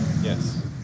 Yes